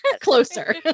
closer